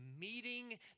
meeting